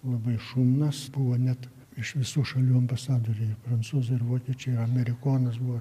labai šaunus buvo net iš visų šalių ambasadoriai prancūzai ir vokiečiai amerikonas buvo